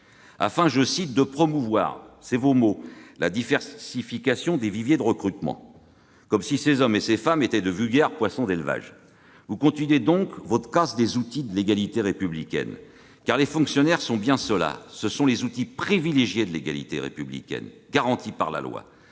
afin « de promouvoir la diversification des viviers de recrutement », comme si ces hommes et ces femmes étaient de vulgaires poissons d'élevage ! Vous poursuivez votre casse des outils de l'égalité républicaine. Eh oui, les fonctionnaires sont bel et bien les outils privilégiés de l'égalité républicaine, garantie par la loi.